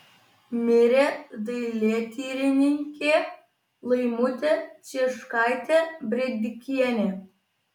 mirė dailėtyrininkė laimutė cieškaitė brėdikienė